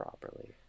properly